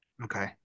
Okay